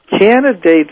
candidates